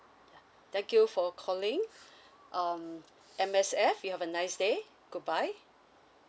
yeah thank you for calling um M_S_F you have a nice day goodbye